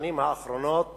בשנים האחרונות